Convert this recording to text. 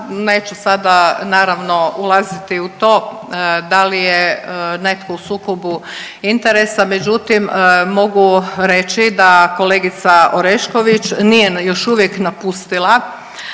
neću sada naravno ulaziti u to da li je netko u sukobu interesa, međutim mogu reći da kolegica Orešković nije još uvijek napustila